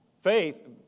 Faith